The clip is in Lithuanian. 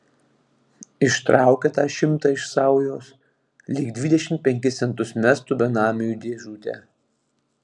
ištraukė tą šimtą iš saujos lyg dvidešimt penkis centus mestų benamiui į dėžutę